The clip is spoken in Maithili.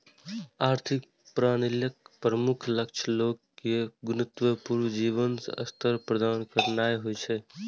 आर्थिक प्रणालीक प्रमुख लक्ष्य लोग कें गुणवत्ता पूर्ण जीवन स्तर प्रदान करनाय होइ छै